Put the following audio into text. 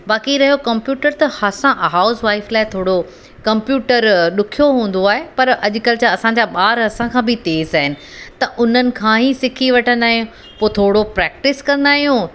बाक़ी रहियो कंप्यूटर त असां हाउसवाइफ़ लाइ थोरो कंप्यूटर ॾुखियो हूंदो आहे पर अॼुकल्ह जा असांजा ॿार असां खां बि तेज़ु आहिनि त उन्हनि खां ई सिखी वठंदा आहियूं पोइ थोरो प्रैक्टिस कंदा आहियूं